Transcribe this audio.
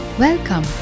Welcome